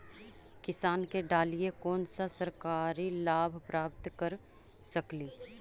किसान के डालीय कोन सा सरकरी लाभ प्राप्त कर सकली?